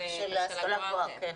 להשכלה גבוהה?